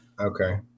Okay